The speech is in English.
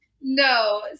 no